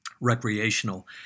recreational